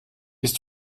ist